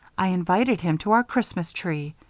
i invited him to our christmas tree,